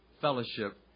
fellowship